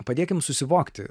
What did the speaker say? padėkim susivokti